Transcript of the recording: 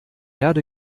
erde